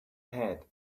head